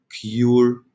cure